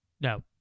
No